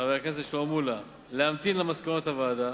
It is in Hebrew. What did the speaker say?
חבר הכנסת שלמה מולה, להמתין למסקנות הוועדה